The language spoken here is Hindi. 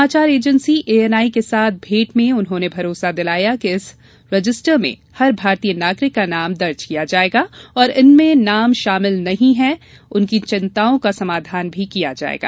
समाचार एजेंसी एएनआई के साथ भेंट में उन्होंने भरोसा दिलाया कि इस रजिस्टर में हर भारतीय नागरिक का नाम दर्ज किया जायेगा और जिनके नाम शामिल नही है उनकी चिंताओं का समाधान किया जायेगा